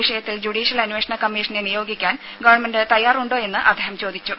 വിഷയത്തിൽ ജുഡീഷ്യൽ അന്വേഷണ കമ്മീഷനെ നിയോഗിക്കാൻ ഗവൺമെന്റ് തയ്യാറുണ്ടോ എന്ന് അദ്ദേഹം ചോദിച്ചു